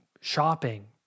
Shopping